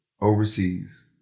overseas